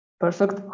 perfect